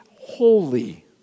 holy